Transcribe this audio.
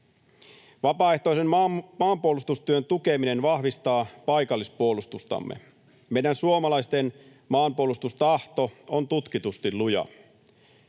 Vapaaehtoisen maanpuolustustyön tukeminen vahvistaa paikallispuolustustamme. Meidän suomalaisten maanpuolustustahto on tutkitusti luja.